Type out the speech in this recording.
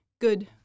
good